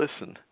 listen